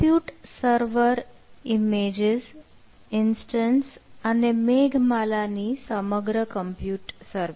compute server images instance અને મેઘ માલા ની સમગ્ર કમ્પ્યુટ સર્વિસ